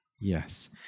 yes